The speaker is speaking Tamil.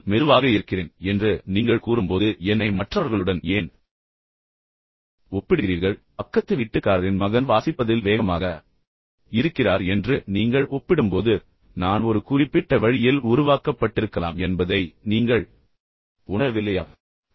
நான் படிப்பதில் மெதுவாக இருக்கிறேன் என்று நீங்கள் கூறும்போது என்னை மற்றவர்களுடன் ஏன் ஒப்பிடுகிறீர்கள் உங்கள் பக்கத்து வீட்டுக்காரரின் மகன் வாசிப்பதிலும் திறன்களை கற்றுக்கொள்வதிலும் வேகமாக இருக்கிறார் என்று நீங்கள் ஒப்பிடும்போது நான் ஒரு குறிப்பிட்ட வழியில் உருவாக்கப்பட்டிருக்கலாம் என்பதை நீங்கள் உணரவில்லையா